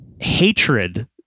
hatred